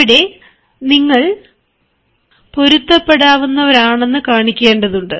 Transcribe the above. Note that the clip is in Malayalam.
അവിടെ നിങ്ങൾ പൊരുത്തപ്പെടാവുന്നവരാണെന്ന് കാണിക്കേണ്ടതുണ്ട്